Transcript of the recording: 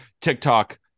TikTok